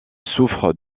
souffre